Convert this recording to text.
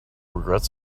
regrets